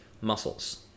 muscles